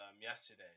yesterday